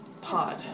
pod